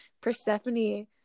Persephone